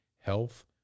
health